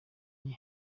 gihe